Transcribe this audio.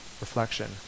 reflection